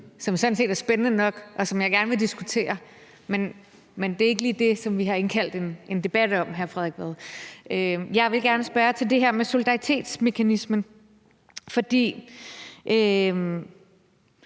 som sådan set er spændende nok, og som jeg gerne vil diskutere – men det er ikke lige det, vi har indkaldt til en debat om, hr. Frederik Vad. Jeg vil gerne spørge til det her med solidaritetsmekanismen. Hvis